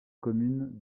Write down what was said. commune